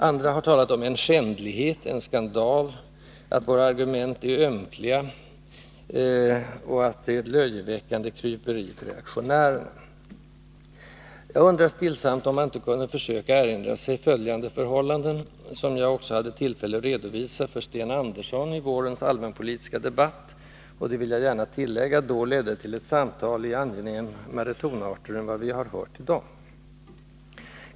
Andra har talat om en skändlighet, en skandal, att våra argument är ömkliga och att det är ett löjeväckande kryperi för reaktionärerna. Jag undrar stillsamt om man inte kunde försöka erinra sig följande förhållanden, som jag också hade tillfälle att redovisa för Sten Andersson i vårens allmänpolitiska debatt och som — det vill jag gärna tillägga — då ledde till ett samtal i angenämare tonarter än vi har hört i dag.